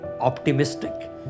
optimistic